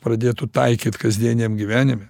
pradėtų taikyt kasdieniam gyvenime